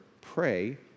pray